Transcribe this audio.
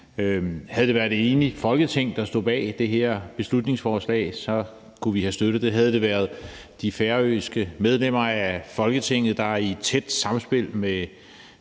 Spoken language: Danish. Havde det været et enigt Folketing, der stod bag det her beslutningsforslag, kunne vi have støttet det. Havde det været de færøske medlemmer af Folketinget, der i tæt samspil med